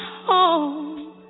home